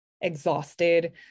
exhausted